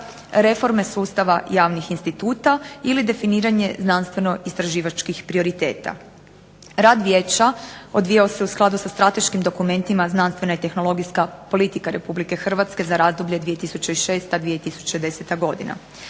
reforme sustava javnih instituta ili definiranje znanstveno istraživačkih prioriteta. Rad vijeća odvijao se u skladu sa strateškim dokumentima znanstveno tehnologijska politika RH za razdoblje 2006.-2010. godina.